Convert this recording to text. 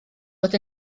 fod